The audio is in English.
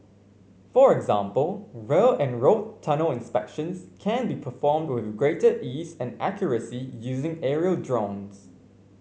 for example rail and road tunnel inspections can be performed with greater ease and accuracy using aerial drones